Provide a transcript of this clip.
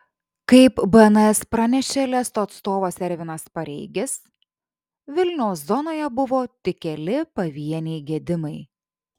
kaip bns pranešė lesto atstovas ervinas pareigis vilniaus zonoje buvo tik keli pavieniai gedimai